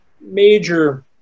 major